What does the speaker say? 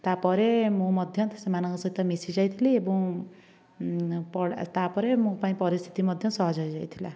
ତା ପରେ ମୁଁ ମଧ୍ୟ ସେମାନଙ୍କ ସହିତ ମିଶି ଯାଇଥିଲି ଏବଂ ତା ପରେ ମୋ ପାଇଁ ପରିସ୍ଥିତି ମଧ୍ୟ ସହଜ ହୋଇଯାଇଥିଲା